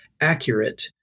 accurate